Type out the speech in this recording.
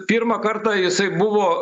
pirmą kartą jisai buvo